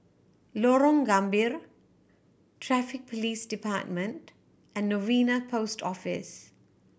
Lorong Gambir Traffic Police Department and Novena Post Office